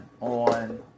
on